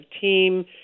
team